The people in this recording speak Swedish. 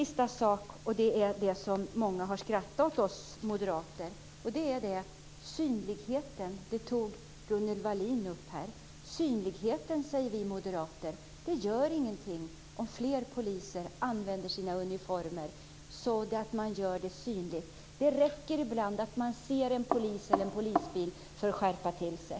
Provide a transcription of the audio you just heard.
Många har skrattat åt oss moderater när vi talat om synligheten. Det tog Gunnel Wallin upp här. Vi moderater säger att det inte gör någonting om fler poliser använder sina uniformer så att de blir synliga. Det räcker ibland att man ser en polis eller en polisbil för att man ska skärpa sig.